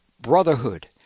Brotherhood